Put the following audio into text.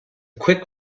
quick